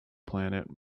planet